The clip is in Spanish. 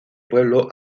pueblos